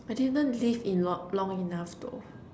I didn't live enlo~ long enough though